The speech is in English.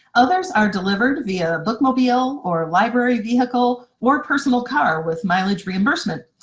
others are delivered via bookmobile or library vehicle, or personal car with mileage reimbursement.